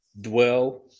dwell